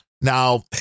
now